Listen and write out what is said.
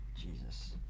Jesus